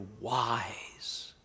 wise